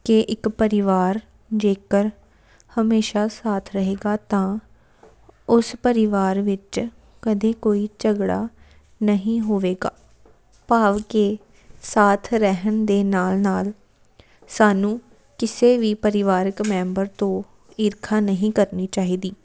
ਕਿ ਇੱਕ ਪਰਿਵਾਰ ਜੇਕਰ ਹਮੇਸ਼ਾ ਸਾਥ ਰਹੇਗਾ ਤਾਂ ਉਸ ਪਰਿਵਾਰ ਵਿੱਚ ਕਦੇ ਕੋਈ ਝਗੜਾ ਨਹੀਂ ਹੋਵੇਗਾ ਭਾਵ ਕਿ ਸਾਥ ਰਹਿਣ ਦੇ ਨਾਲ ਨਾਲ ਸਾਨੂੰ ਕਿਸੇ ਵੀ ਪਰਿਵਾਰਿਕ ਮੈਂਬਰ ਤੋਂ ਈਰਖਾ ਨਹੀਂ ਕਰਨੀ ਚਾਹੀਦੀ